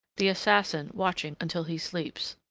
the assassin watching until he sleeps.